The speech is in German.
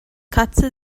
katze